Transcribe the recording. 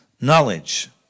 knowledge